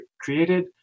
created